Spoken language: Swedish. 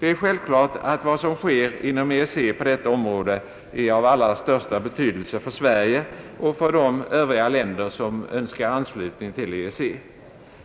Det är självklart att vad som sker inom EEC på detta område är av allra största betydelse för Sverige och för de övriga länder som önskar anslutning till EEC.